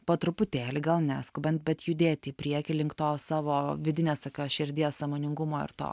po truputėlį gal neskubant bet judėti į priekį link tos savo vidinės tokios širdies sąmoningumo ir to